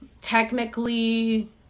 technically